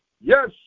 Yes